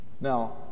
now